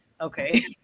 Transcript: okay